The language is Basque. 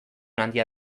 handia